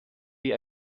wie